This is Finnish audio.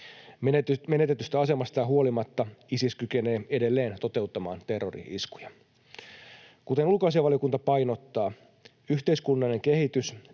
Menetetystä asemastaan huolimatta Isis kykenee edelleen toteuttamaan terrori-iskuja. Kuten ulkoasiainvaliokunta painottaa, yhteiskunnallinen kehitys,